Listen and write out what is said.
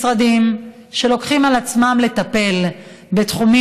משרדים שלוקחים על עצמם לטפל בתחומים